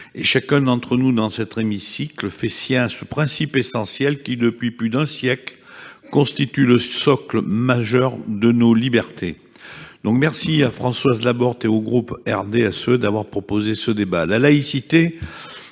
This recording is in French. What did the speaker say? Chacun d'entre nous, dans cet hémicycle, fait sien ce principe essentiel qui, depuis plus d'un siècle, constitue le socle majeur de nos libertés. Je tiens donc à remercier François Laborde et le groupe du RDSE d'avoir proposé ce débat.